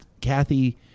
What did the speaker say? Kathy –